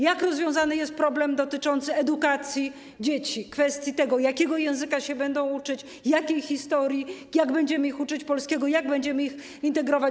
Jak rozwiązany jest problem dotyczący edukacji dzieci, kwestii tego, jakiego języka się będą uczyć, jakiej historii, jak będziemy ich uczyć polskiego, jak będziemy ich integrować?